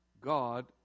God